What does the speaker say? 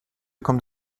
kommt